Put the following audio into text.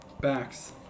Backs